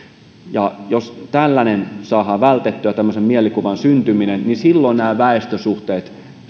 jos tällainen saadaan vältettyä tämmöisen mielikuvan syntyminen niin silloin nämä väestösuhteet